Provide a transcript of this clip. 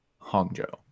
Hangzhou